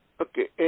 Okay